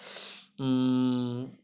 mmhmm